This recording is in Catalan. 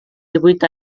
divuit